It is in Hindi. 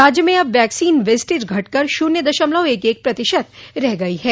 राज्य में अब वैक्सीन वेस्टेज घट कर शुन्य दशमलव एक एक प्रतिशत रह गई है